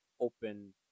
open